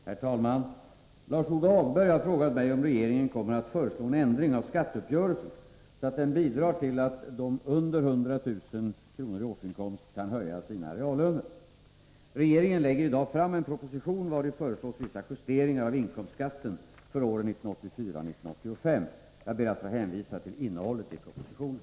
Herr talman! Lars-Ove Hagberg har frågat mig om regeringen kommer att föreslå en förändring av skatteuppgörelsen, så att den bidrar till att personer med mindre än 100 000 kr. i årsinkomst kan höja sina reallöner. Regeringen lägger i dag fram en proposition vari föreslås vissa justeringar av inkomstskatten för åren 1984 och 1985. Jag ber att få hänvisa till innehållet i propositionen.